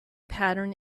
pattern